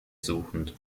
suchend